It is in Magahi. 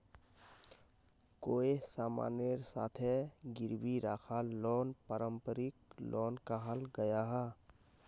कोए सामानेर साथे गिरवी राखाल लोन पारंपरिक लोन कहाल गयाहा